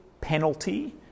penalty